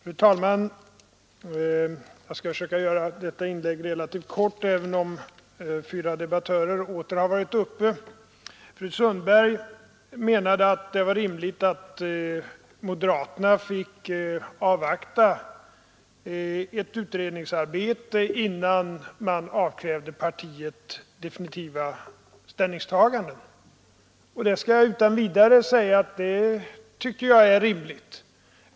Fru talman! Jag skall försöka göra detta inlägg relativt kort, även om fyra debattörer åter har varit uppe. Fru Sundberg menade att det var rimligt att motionärerna fick avvakta ett utredningsarbete innan man avkrävde partiet definitiva ställningstaganden, och jag skall utan vidare säga att det tycker jag är rimligt.